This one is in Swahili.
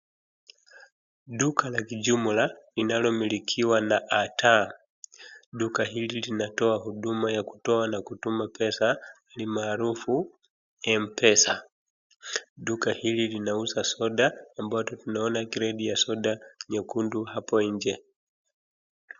Duka la kijumla linalomilikiwa na Atah. Duka hili linatoa huduma ya kutoa na kutuma pesa, ni maarufu, M-pesa. Duka hili linauza soda, ambapo tunaona kreti ya soda nyekundu hapo nje.